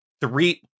three